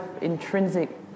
intrinsic